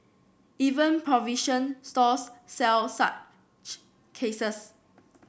even provision stores sell such cases